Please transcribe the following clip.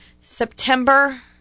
September